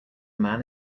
man